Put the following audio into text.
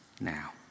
now